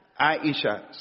Aisha